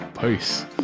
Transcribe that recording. peace